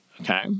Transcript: Okay